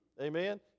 Amen